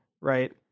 right